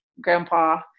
Grandpa